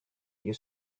you